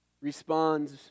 responds